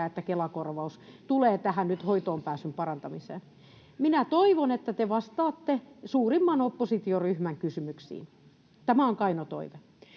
että Kela-korvaus tulee nyt tähän hoitoonpääsyn parantamiseen. Minä toivon, että te vastaatte suurimman oppositioryhmän kysymyksiin. Tämä on kaino toive.